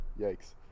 Yikes